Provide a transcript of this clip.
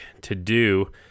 to-do